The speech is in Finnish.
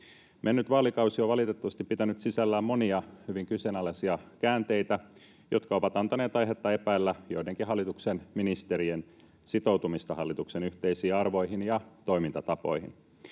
Mennyt vaalikausi on valitettavasti pitänyt sisällään monia hyvin kyseenalaisia käänteitä, jotka ovat antaneet aihetta epäillä joidenkin hallituksen ministerien sitoutumista hallituksen yhteisiin arvoihin ja toimintatapoihin.